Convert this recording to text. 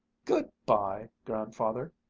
good bye, grandfather,